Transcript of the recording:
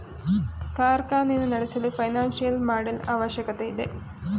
ಕಾರ್ಖಾನೆಯನ್ನು ನಡೆಸಲು financial model ಅವಶ್ಯಕತೆ ಇದೆ